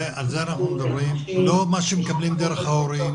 על זה אנחנו מדברים, לא מה שמקבלים דרך ההורים.